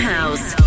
House